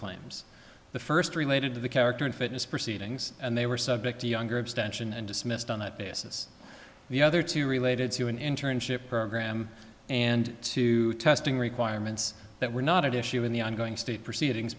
claims the first related to the character and fitness proceedings and they were subject to younger abstention and dismissed on that basis the other two related to an internship program and two testing requirements that were not at issue in the ongoing state proceedings